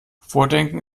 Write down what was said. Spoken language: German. vordenken